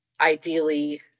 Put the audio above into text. ideally